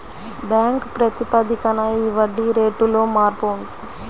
bank ప్రాతిపదికన ఈ వడ్డీ రేటులో మార్పు ఉంటుంది